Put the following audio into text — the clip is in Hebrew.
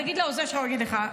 תגיד לעוזר שלך, הוא יגיד לך.